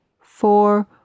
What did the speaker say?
four